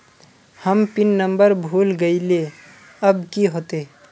हम PIN number भूल गलिऐ अब की होते?